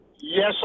Yes